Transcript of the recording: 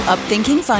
Upthinking